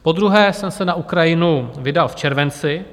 Podruhé jsem se na Ukrajinu vydal v červenci.